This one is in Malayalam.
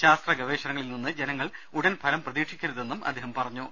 ശാസ്ത്ര ഗവേഷണങ്ങളിൽ നിന്ന് ജനങ്ങൾ ഉടൻ ഫലം പ്രതീക്ഷിക്കരു തെന്ന് അദ്ദേഹം പറഞ്ഞു